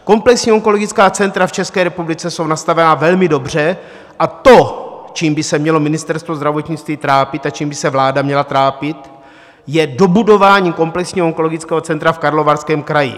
Komplexní onkologická centra v České republice jsou nastavena velmi dobře a to, čím by se mělo Ministerstvo zdravotnictví trápit a čím by se vláda měla trápit, je dobudování komplexního onkologického centra v Karlovarském kraji.